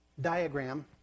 diagram